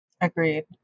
Agreed